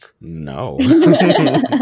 no